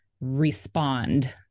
respond